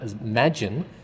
imagine